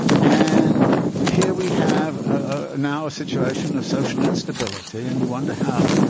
and here we have ah now a situation of social instability. and you wonder how,